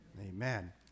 amen